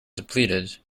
depleted